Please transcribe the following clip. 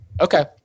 Okay